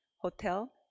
hotel